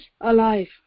alive